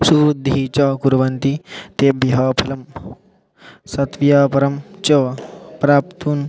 शुद्धिः च कुर्वन्ति तेभ्यः फलं सद्व्यापारं च प्राप्तुं